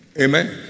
Amen